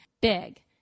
big